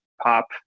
pop